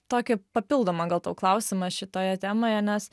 tokį papildomą gal tau klausimą šitoje temoje nes